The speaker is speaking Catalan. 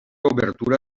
obertura